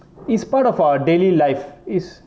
it's part of our daily life it's